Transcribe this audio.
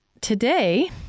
today